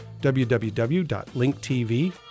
www.linktv